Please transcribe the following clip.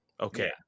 okay